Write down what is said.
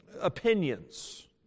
opinions